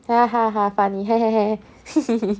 funny